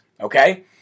Okay